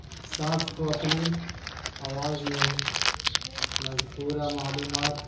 صاف کو اپنی آواز میں مذکورہ معلومات